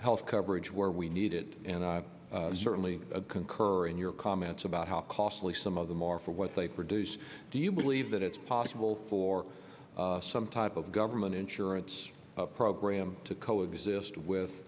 health coverage where we need it and i certainly concur in your comments about how costly some of them are for what they produce do you believe that it's possible for some type of government insurance program to coexist